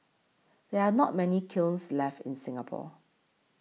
there are not many kilns left in Singapore